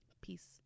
Peace